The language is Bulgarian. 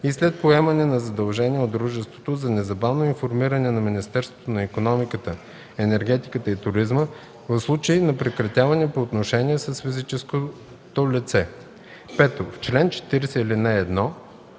и след поемане на задължение от дружеството за незабавно информиране на Министерството на икономиката, енергетиката и туризма в случай на прекратяване на отношенията с физическото лице.“ 5. В чл. 40, ал. 1: